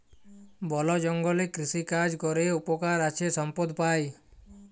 বল জঙ্গলে কৃষিকাজ ক্যরে উপকার আছে সম্পদ পাই